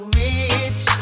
rich